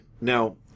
Now